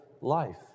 life